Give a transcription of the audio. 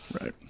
right